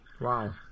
Wow